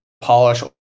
polish